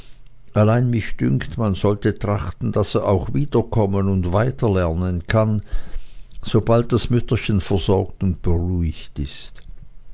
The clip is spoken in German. allein mich dünkt man sollte trachten daß er auch wieder kommen und weiterlernen kann sobald das mütterchen versorgt und beruhigt ist